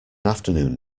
afternoon